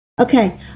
Okay